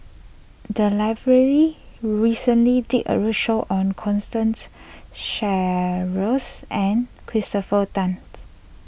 the library recently did a roadshow on Constance Sheares and Christopher Tan's